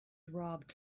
robbed